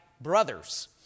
brothers